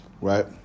Right